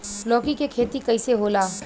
लौकी के खेती कइसे होला?